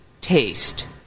taste